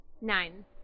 Nine